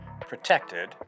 protected